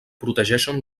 protegeixen